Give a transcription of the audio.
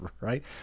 right